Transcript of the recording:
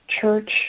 church